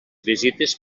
visites